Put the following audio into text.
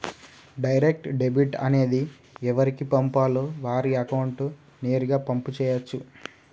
direct debit అనేది ఎవరికి పంపాలో వారి అకౌంట్ నేరుగా పంపు చేయచ్చు